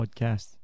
podcast